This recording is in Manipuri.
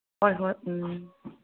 ꯍꯣꯏ ꯍꯣꯏ ꯎꯝ